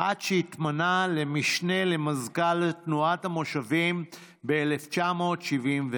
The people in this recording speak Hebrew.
עד שהתמנה למשנה למזכ"ל תנועת המושבים ב-1974.